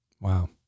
Wow